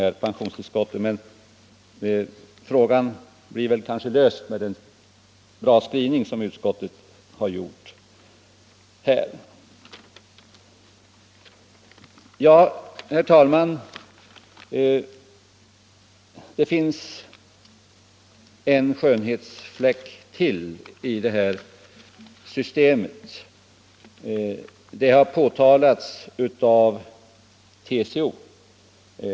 Jag hoppas att frågan skall lösas i enlighet med vad utskottet har skrivit. Herr talman! Det finns en skönhetsfläck till i det här systemet.